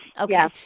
Okay